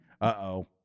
Uh-oh